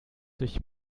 durch